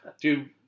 Dude